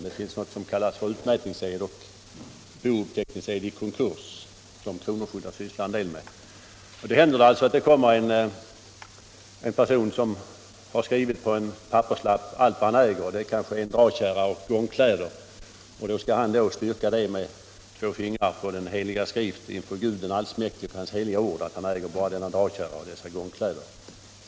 Det finns någonting som kallas för utmätningsed och bouppteckningsed i konkurs som kronofogdar sysslar en del med. Det händer då att det kommer en person som på en papperslapp skrivit upp allt vad han äger — det kanske är en dragkärra och gångkläder. Då skall han med två fingrar på den heliga skrift inför Gud den allsmäktige och hans heliga ord styrka att han äger bara denna dragkärra och dessa gångkläder.